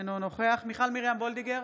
אינו נוכח מיכל מרים וולדיגר,